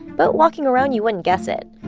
but walking around you wouldn't guess it.